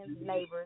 neighbors